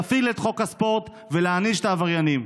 להפעיל את חוק הספורט ולהעניש את העבריינים.